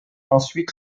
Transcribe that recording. ensuite